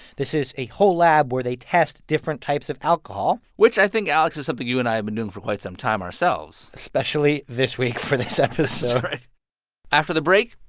this is a whole lab where they test different types of alcohol which i think, alex, is something you and i have been doing for quite some time ourselves especially this week for this episode after the break,